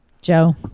Joe